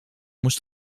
moest